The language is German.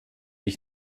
ich